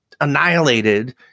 annihilated